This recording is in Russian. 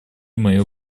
мое